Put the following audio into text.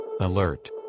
Alert